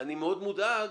אני מאוד מודאג,